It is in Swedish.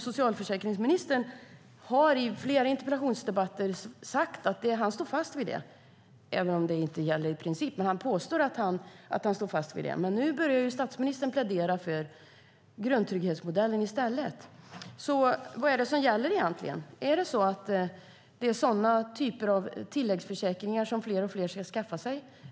Socialförsäkringsministern har i flera interpellationsdebatter sagt att han står fast vid den. Även om det inte gäller i princip påstår han att han står fast vid den. Men nu börjar ju statsministern i stället plädera för grundtrygghetsmodellen. Vad är det egentligen som gäller? Är det sådana typer av tilläggsförsäkringar som fler och fler ska skaffa sig?